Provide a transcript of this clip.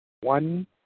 One